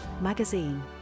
magazine